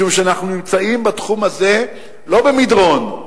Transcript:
משום שאנחנו נמצאים בתחום הזה, לא במדרון,